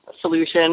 solution